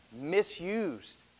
misused